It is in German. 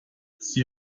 sie